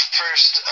first